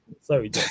Sorry